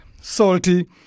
salty